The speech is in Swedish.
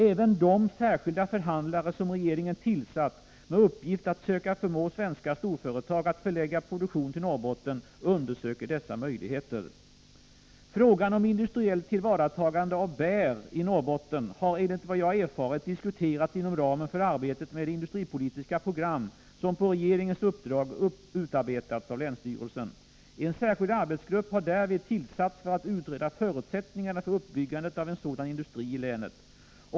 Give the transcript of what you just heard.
Även de särskilda förhandlare som regeringen tillsatt med uppgift att söka politiska åtgärder i politiska åtgärder i Norrbotten förmå svenska storföretag att förlägga produktion till Norrbotten undersöker dessa möjligheter. Frågan om industriellt tillvaratagande av bär i Norrbotten har enligt vad jag erfarit diskuterats inom ramen för arbetet med det industripolitiska program som på regeringens uppdrag utarbetats av länsstyrelsen. En särskild arbetsgrupp har därvid tillsatts för att utreda förutsättningarna för uppbyggandet av en sådan industri i länet.